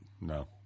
no